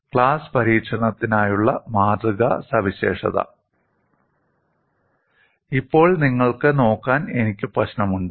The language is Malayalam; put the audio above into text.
ക്ലാസ് പരീക്ഷണത്തിനായുള്ള മാതൃക സവിശേഷത ഇപ്പോൾ നിങ്ങൾക്ക് നോക്കാൻ എനിക്ക് പ്രശ്നമുണ്ട്